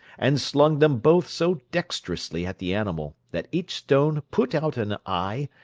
and slung them both so dexterously at the animal, that each stone put out an eye,